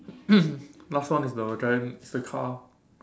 last one is the giant is the car